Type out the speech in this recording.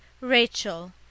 Rachel